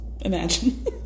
Imagine